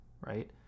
right